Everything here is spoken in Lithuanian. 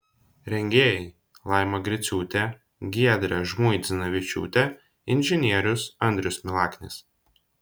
rengėjai laima griciūtė giedrė žmuidzinavičiūtė inžinierius andrius milaknis